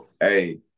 Hey